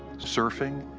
surfing,